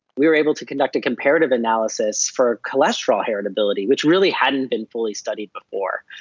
we were able to conduct a comparative analysis for cholesterol heritability, which really hadn't been fully studied before.